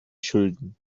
schulden